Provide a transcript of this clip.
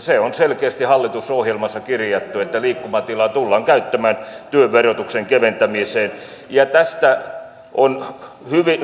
se on selkeästi hallitusohjelmassa kirjattu että liikkumatilaa tullaan käyttämään työn verotuksen keventämiseen ja tästä on